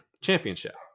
Championship